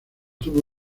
tuvo